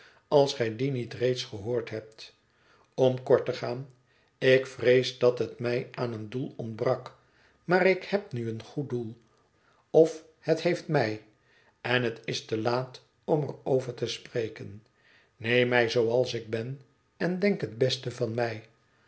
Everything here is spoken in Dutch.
als gij die niet reeds gehoord hebt om kort te gaan ik vrees dat het mij aan een doel ontbrak maar ik heb nu een goed doel of het heeft mij en het is te laat om er over te spreken neem mij zooals ik ben en denk het beste van mij